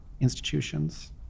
institutions